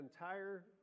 entire